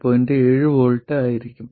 7 V ആയിരിക്കും